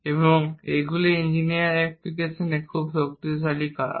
এবং এগুলি ইঞ্জিনিয়ারিং অ্যাপ্লিকেশনগুলিতে খুব শক্তিশালী কার্ভ